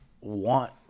want